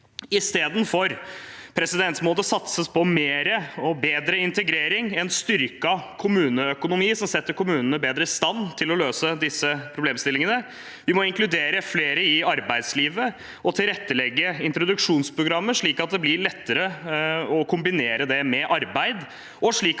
Isteden må det satses på mer og bedre integrering og på en styrket kommuneøkonomi som setter kommunene i bedre stand til å løse disse problemstillingene. Vi må inkludere flere i arbeidslivet og tilrettelegge introduksjonsprogrammet slik at det blir lettere å kombinere det med arbeid,